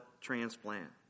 transplant